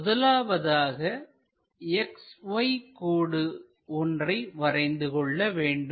முதலாவதாக XY கோடு ஒன்றை வரைந்து கொள்ள வேண்டும்